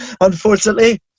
Unfortunately